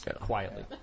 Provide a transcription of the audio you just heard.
quietly